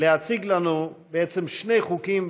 להציג לנו שני חוקים,